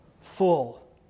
full